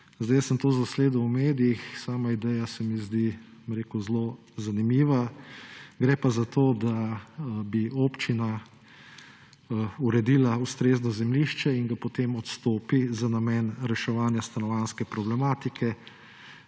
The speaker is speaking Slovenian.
Jaz sem to zasledil v medijih, sama ideja se mi zdi, bom rekel, zelo zanimiva, gre pa za to, da bi občina uredila ustrezno zemljišče in ga potem odstopila za namen reševanja stanovanjske problematike.